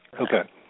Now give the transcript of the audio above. Okay